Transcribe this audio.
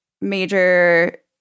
major